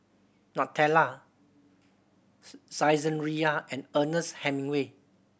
Nutella Saizeriya and Ernest Hemingway